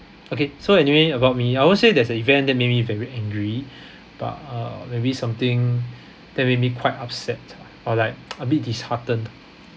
okay so anyway about me I wouldn't say there's an event that made me very angry but uh maybe something that made me quite upset or like a bit disheartened